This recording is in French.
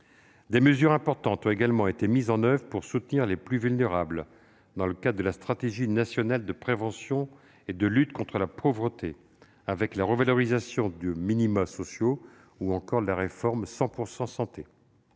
Des mesures importantes ont également été mises en oeuvre pour soutenir les plus vulnérables dans le cadre de la stratégie nationale de prévention et de lutte contre la pauvreté, avec la revalorisation de minima sociaux ou la réforme 100 % santé.